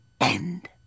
end